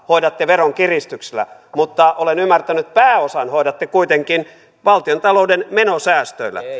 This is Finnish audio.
hoidatte veronkiristyksillä mutta olen ymmärtänyt että pääosan hoidatte kuitenkin valtiontalouden menosäästöillä